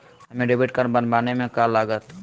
हमें debit card बनाने में का लागत?